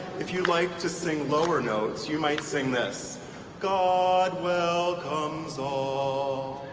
if you like to sing lower notes, you might sing this god welcomes all,